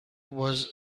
was